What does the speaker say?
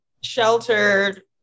sheltered